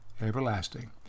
everlasting